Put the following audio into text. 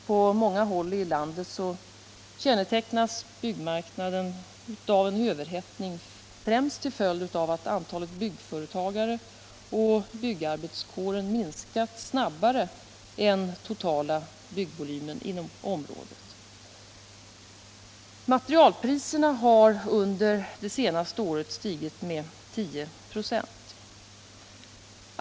På många håll i landet kännetecknas byggmarknaden av en överhettning, främst till följd av att antalet byggföretagare och byggarbetskåren minskat snabbare än den totala byggvolymen inom området. Materialpriserna har under det senaste året stigit med 10 926.